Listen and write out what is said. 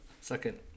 second